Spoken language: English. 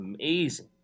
amazing